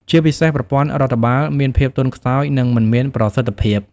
ជាពិសេសប្រព័ន្ធរដ្ឋបាលមានភាពទន់ខ្សោយ និងមិនមានប្រសិទ្ធភាព។